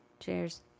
Cheers